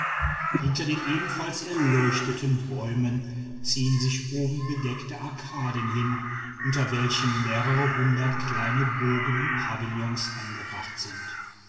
hinter den ebenfalls erleuchteten bäumen ziehen sich oben bedeckte arkaden hin unter welchen mehrere hundert kleine bogen und pavillons angebracht sind